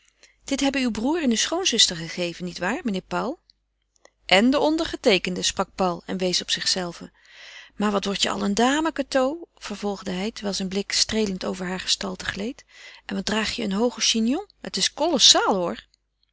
dit hebben uw broêr en uw schoonzuster gegeven niet waar meneer paul en de ondergeteekende sprak paul en wees op zichzelven maar wat wordt je al een dame cateau vervolgde hij terwijl zijn blik streelend over hare gestalte gleed en wat draag je een hoogen chignon het is kolossaal hoor